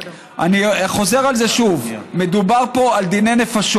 אני חוזר על זה שוב: מדובר פה על דיני נפשות.